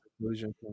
conclusion